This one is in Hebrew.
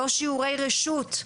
לא שיעורי רשות.